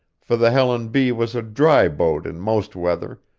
for the helen b. was a dry boat in most weather,